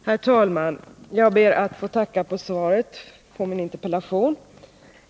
Herr talman! Jag ber att få tacka för svaret på min interpellation.